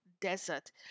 desert